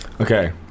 Okay